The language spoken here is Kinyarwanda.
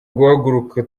guhaguruka